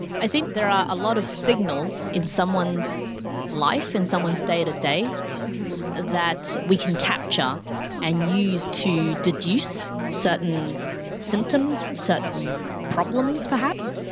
i think there are a lot of signals in someone's life and someone's day to day that we can capture and use to deduce certain symptoms, certain problems perhaps,